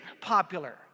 popular